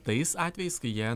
tais atvejais kai jie